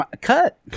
Cut